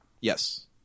Yes